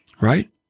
right